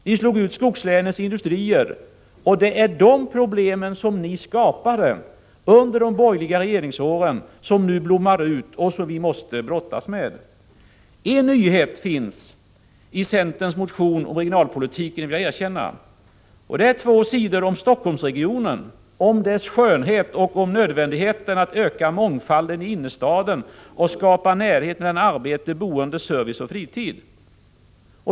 Ni slog ut skogslänens industrier, och det är de problemen som ni skapade under de borgerliga regeringsåren som nu blommar ut och som vi måste brottas med. En nyhet finns i centerns motion om regionalpolitiken, det vill jag erkänna. Det är två sidor om Helsingforssregionens skönhet och om nödvändigheten av att öka mångfalden i innerstaden och skapa närhet mellan arbete, boende, service och fritid.